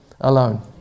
alone